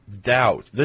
doubt